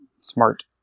smart